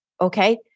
okay